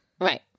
Right